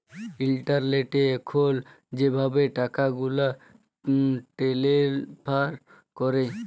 ইলটারলেটে এখল যেভাবে টাকাগুলা টেলেস্ফার ক্যরে